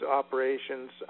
operations